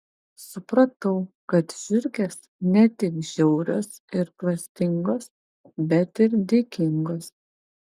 supratau kad žiurkės ne tik žiaurios ir klastingos bet ir dėkingos